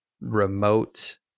remote